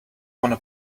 wanna